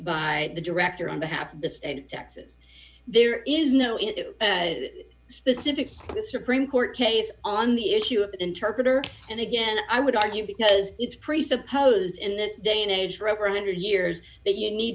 by the director on behalf of the state of texas there is no in specific the supreme court case on the issue of the interpreter and again i would argue because it's presupposed in this day and age for over a one hundred years that you need